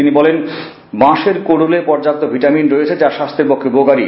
তিনি বলেন বাঁশের কডুলে পর্যাপ্ত ভিটামিন রয়েছে যা স্বাস্থ্যর পক্ষে উপকারী